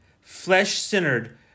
flesh-centered